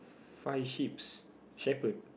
five sheep's shepherd